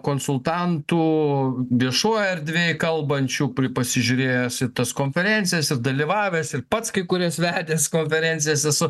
konsultantų viešoj erdvėj kalbančių pasižiūrėjęs į tas konferencijas ir dalyvavęs ir pats kai kurias vedęs konferencijas esu